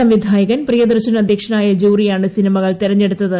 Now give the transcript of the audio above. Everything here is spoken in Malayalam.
സംവിധായകൻ പ്രിയദർശൻ അധ്യക്ഷനായ ജൂറിയാണ് സിനിമകൾ തെരഞ്ഞെടുത്തത്